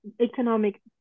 economic